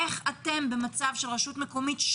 איך אתם נותנים כלים לרשות מקומית,